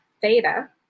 theta